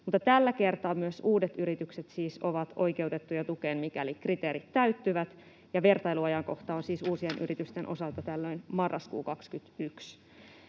tällä kertaa myös uudet yritykset siis ovat oikeutettuja tukeen, mikäli kriteerit täyttyvät, ja vertailuajankohta on uusien yritysten osalta tällöin marraskuu 21.